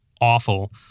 awful